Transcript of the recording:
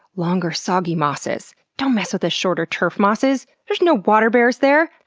longer, soggy mosses. don't mess with the shorter turf mosses! there's no water bears there!